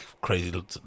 crazy